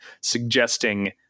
suggesting